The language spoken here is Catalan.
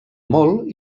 molt